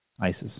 ISIS